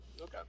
Okay